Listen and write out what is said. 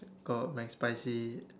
got McSpicy